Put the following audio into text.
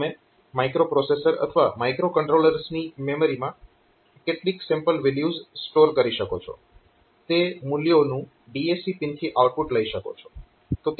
તો તમે માઇક્રોપ્રોસેસર અથવા માઇક્રોકન્ટ્રોલર્સની મેમરીમાં કેટલીક સેમ્પલ વેલ્યુઝ સ્ટોર કરી શકો છો તે મૂલ્યોનું DAC પિનથી આઉટપુટ લઇ શકો છો